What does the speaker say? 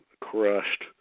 crushed